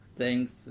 thanks